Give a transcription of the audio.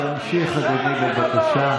בבקשה.